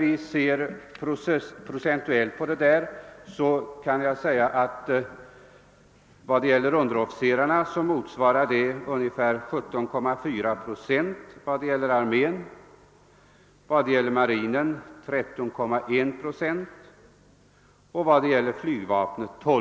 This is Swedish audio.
I procent räknat motsvarar det vad beträffar under officerarna ungefär 17,4 procent i armén, 13,1 procent i marinen och 12 procent i flygvapnet.